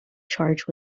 charge